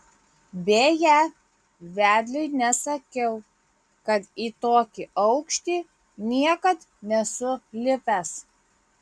beje vedliui nesakiau kad į tokį aukštį niekad nesu lipęs